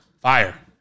Fire